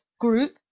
group